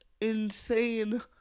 insane